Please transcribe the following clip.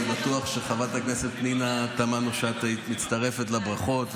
אני בטוח שחברת הכנסת פנינה תמנו שטה מצטרפת לברכות.